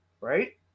right